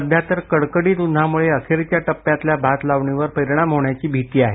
सध्या तर कडकडीत उन्हाम्ळे अखेरच्या टप्प्यातल्या भातलावणीवर परिणाम होण्याची भीती आहे